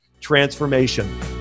transformation